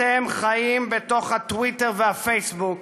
אתם חיים בתוך הטוויטר והפייסבוק,